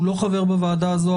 שהוא לא חבר בוועדה הזו,